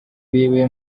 wiwe